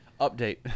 Update